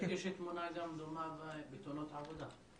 יש תמונה דומה גם בתאונות עבודה.